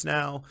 now